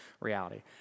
reality